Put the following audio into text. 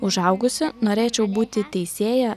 užaugusi norėčiau būti teisėja